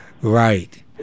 Right